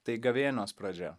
tai gavėnios pradžia